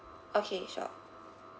okay sure